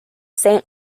saint